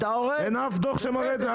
אין אף דוח שמראה את זה,